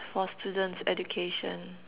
for students education